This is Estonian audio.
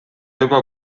juba